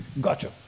Gotcha